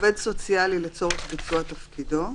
עובד סוציאלי, לצורך ביצוע תפקידו,